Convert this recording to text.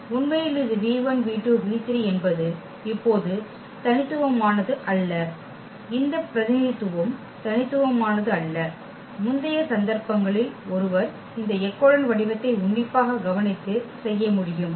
உண்மையில் இது என்பது இப்போது தனித்துவமானது அல்ல இந்த பிரதிநிதித்துவம் தனித்துவமானது அல்ல முந்தைய சந்தர்ப்பங்களில் ஒருவர் இந்த எக்கெலோன் வடிவத்தை உன்னிப்பாக கவனித்து செய்ய முடியும்